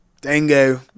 Dango